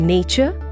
Nature